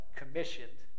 commissioned